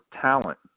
talent